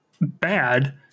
bad